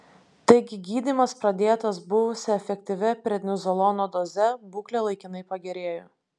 taigi gydymas pradėtas buvusia efektyvia prednizolono doze būklė laikinai pagerėjo